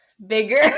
bigger